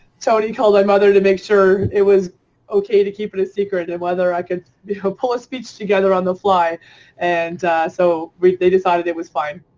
tony called my mother to make sure it was okay to keep it a secret and whether i could ah pull a speech together on the fly and so they decided it was fine.